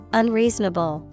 unreasonable